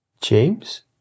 James